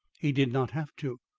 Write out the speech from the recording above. he did not have to.